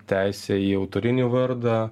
teisė į autorinį vardą